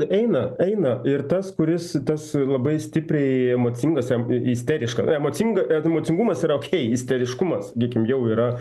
eina eina ir tas kuris tas labai stipriai emocingas jam i isteriška emocinga emocingumas yra okei isteriškumas gykim jau yra